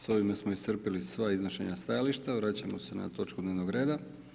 S ovime smo iscrpili sva iznošenja stajališta, vraćamo se na točku dnevnog reda.